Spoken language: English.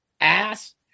ass